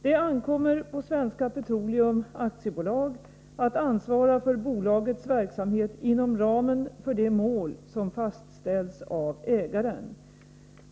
Det ankommer på Svenska Petroleum AB att ansvara för bolagets verksamhet inom ramen för de mål som fastställts av ägaren.